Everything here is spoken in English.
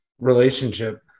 relationship